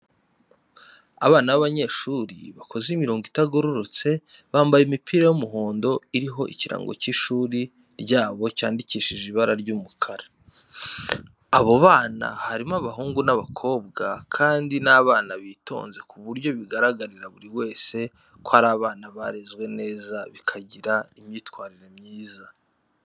Abana b'abanyeshuri bakoze imirongo itagororotse, bambaye imipira y'umuhondo iriho ikirango cy'ishuri ryabo cyandikishije ibara ry'umukara. Abo bana harimo abahungu n'abakobwa kandi ni abana bitonze ku buryo bigaragarira buri wese ko ari abana barezwe neza, bakagira imyitwarire myiza.